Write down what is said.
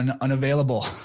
unavailable